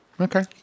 Okay